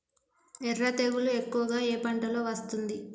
ఎర్ర తెగులు ఎక్కువగా ఏ పంటలో వస్తుంది?